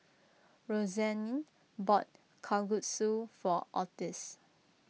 Roxanne bought Kalguksu for Ottis